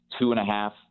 two-and-a-half